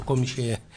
אבל כפי שאמרתי,